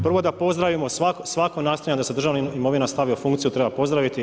Prvo da pozdravimo svako nastojanje da se državna imovina stavi u funkciju treba pozdraviti.